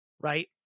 right